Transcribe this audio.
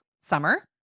summer